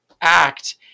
act